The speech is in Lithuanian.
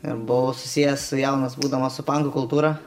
buvau susijęs jaunas būdamas su pankų kultūra